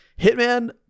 Hitman